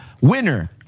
Winner